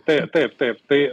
tai taip taip tai